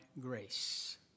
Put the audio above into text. grace